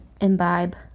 imbibe